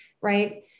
right